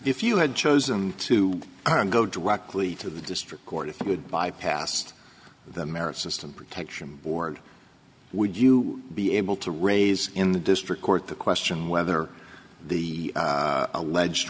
if you had chosen to go directly to the district court if you could by passed the merit system protection board would you be able to raise in the district court the question whether the alleged